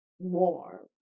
more